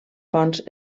fonts